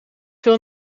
veel